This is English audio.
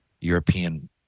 European